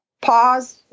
Pause